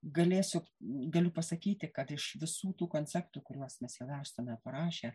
galėsiu galiu pasakyti kad iš visų tų konceptų kuriuos mes jau esame parašę